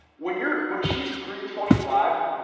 when you're when she's pre twenty five.